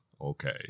okay